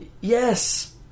yes